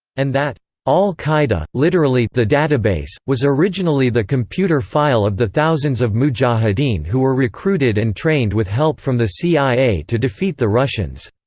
and that al-qaida, literally the database, was originally the computer file of the thousands of mujahideen who were recruited and trained with help from the cia to defeat the russians.